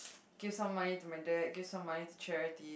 give some money to my dad give some money to charity